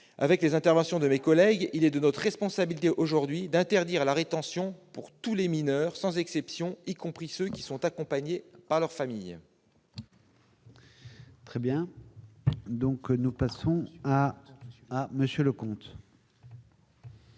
lors des interventions de mes collègues, il est de notre responsabilité aujourd'hui d'interdire la rétention pour tous les mineurs, sans exception, y compris ceux qui sont accompagnés de leur famille. La parole est à M. Jean-Yves Leconte,